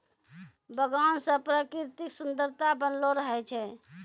बगान से प्रकृतिक सुन्द्ररता बनलो रहै छै